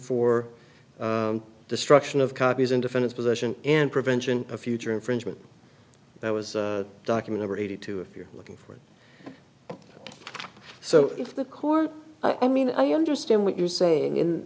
for destruction of copies in defense position and prevention of future infringement that was document over eighty two if you're looking for it so if the court i mean i understand what you're saying